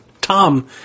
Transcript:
Tom